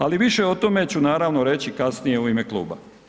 Ali više o tome ću naravno reći kasnije u ime kluba.